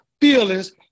feelings